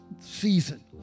season